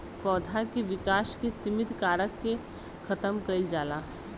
पौधा के विकास के सिमित कारक के खतम कईल जाला